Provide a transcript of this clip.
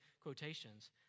quotations